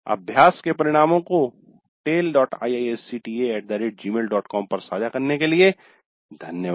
अभ्यास के परिणामों को taleiisctagmailcom पर साझा करने के लिए धन्यवाद